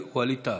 ווליד טאהא.